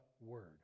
word